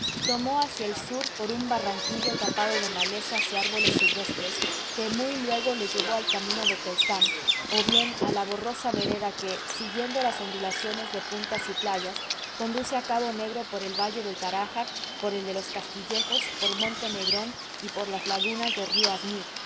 tomó hacia el sur por un barranquillo tapado de malezas y árboles silvestres que muy luego le llevó al camino de tetuán o bien a la borrosa vereda que siguiendo las ondulaciones de puntas y playas conduce a cabo negro por el valle del tarajar por el de los castillejos por monte negrón y por las lagunas de